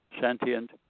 sentient